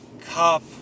Cup